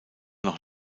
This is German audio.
noch